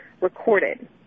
recorded